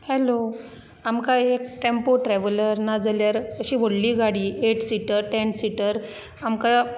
hello आमकां एक tempo traveller नाजाल्यार अशी व्हडली गाडी एट सीटर टॅन सीटर आमकां